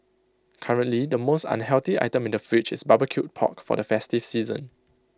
currently the most unhealthy item in the fridge is barbecued pork for the festive season